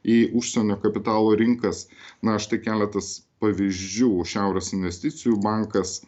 į užsienio kapitalo rinkas na štai keletas pavyzdžių šiaurės investicijų bankas